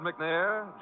McNair